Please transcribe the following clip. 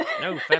No